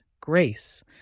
GRACE